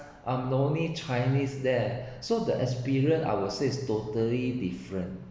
I’m only chinese there so the experience I would say is totally different